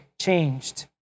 changed